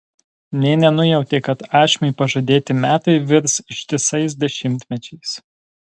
nė nenujautė kad ašmiui pažadėti metai virs ištisais dešimtmečiais